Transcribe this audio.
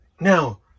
Now